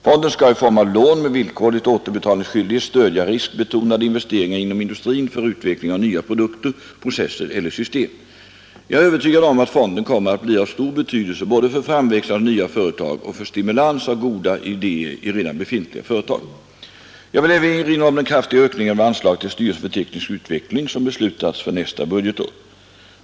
Fonden skall i form av lån med villkorlig återbetalningsskyldighet stödja riskbetonade investeringar inom industrin för utveckling av nya produkter, processer eller system. Jag är övertygad om att fonden kommer att bli av stor betydelse både för framväxandet av nya företag och för stimulans av goda idéer i redan befintliga företag. Jag vill även erinra om den kraftiga ökningen av anslaget till styrelsen för teknisk utveckling som beslutats för nästa budgetår.